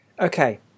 Okay